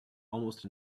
almost